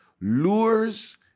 lures